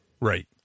Right